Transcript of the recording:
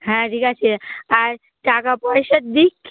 হ্যাঁ ঠিক আছে আর টাকা পয়সা দিক